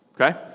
Okay